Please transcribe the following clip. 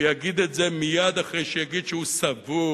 הוא יגיד את זה מייד אחרי שיגיד שהוא "סבור",